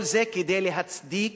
כל זה כדי להצדיק